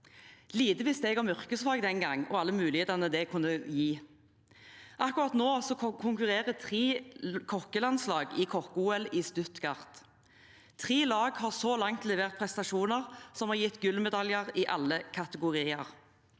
den gangen om yrkesfag og alle mulighetene det kunne gi. Akkurat nå konkurrerer tre kokkelandslag i kokkeOL i Stuttgart. Tre lag har så langt levert prestasjoner som har gitt gullmedaljer i alle kategorier.